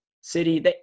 city